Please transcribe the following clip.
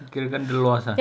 kirakan dia lost ah